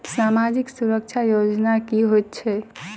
सामाजिक सुरक्षा योजना की होइत छैक?